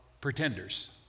pretenders